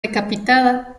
decapitada